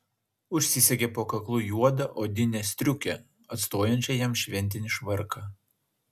užsisegė po kaklu juodą odinę striukę atstojančią jam šventinį švarką